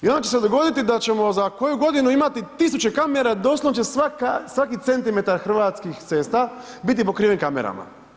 I onda ćemo se dogoditi da ćemo za koju godinu imati tisuće kamera, doslovce će svaki centimetar hrvatskih cesta biti pokriven kamerama.